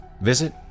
Visit